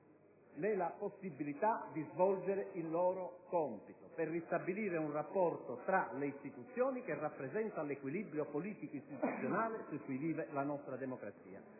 nella possibilità di svolgere il loro compito, per ristabilire un rapporto tra le istituzioni che rappresenta l'equilibrio politico-istituzionale su cui vive la nostra democrazia.